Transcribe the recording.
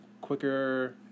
Quicker